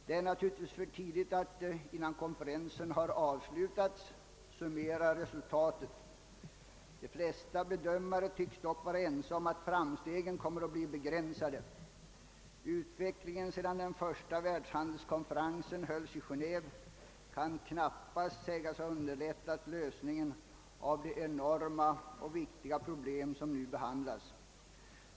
Det är naturligtvis för tidigt att innan konferensen har avslutats summera resultatet; de flesta bedömare tycks dock vara ense om att framstegen kommer att bli begränsade. Utvecklingen sedan den första världshandelskonferensen hölls i Genéve kan knappast sägas ha underlättat lösningen av de enorma och viktiga problem som nu behandlas.